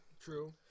True